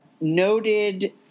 noted